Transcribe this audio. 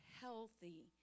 healthy